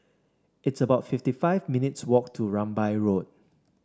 it's about fifty five minutes' walk to Rambai Road